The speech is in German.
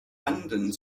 anden